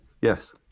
Yes